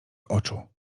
oczu